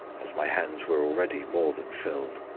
as my hands were already more than filled.